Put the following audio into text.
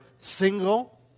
single